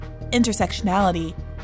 intersectionality